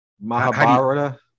Mahabharata